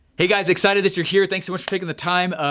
hey guys excited that you're here. thanks so much for taking the time.